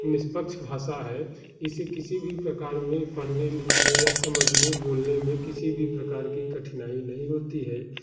निष्पक्ष भाषा है इसे किसी भी प्रकार में पढ़ने लिखने या समझने बोलने में किसी भी प्रकार की कठनाई नहीं होती है